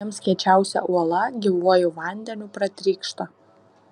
jiems kiečiausia uola gyvuoju vandeniu pratrykšta